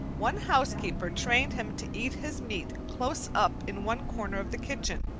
one housekeeper trained him to eat his meat close up in one corner of the kitchen.